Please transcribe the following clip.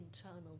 internal